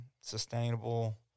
sustainable